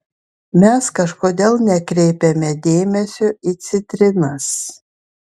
mes kažkodėl nekreipiame dėmesio į citrinas